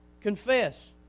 Confess